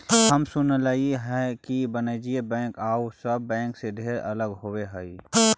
हम सुनलियई हे कि वाणिज्य बैंक आउ सब बैंक से ढेर अलग होब हई